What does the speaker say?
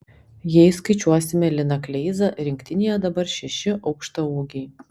jei skaičiuosime liną kleizą rinktinėje dabar šeši aukštaūgiai